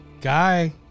Guy